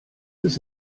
ist